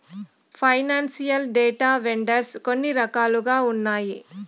financial data vendors కొన్ని రకాలుగా ఉన్నాయి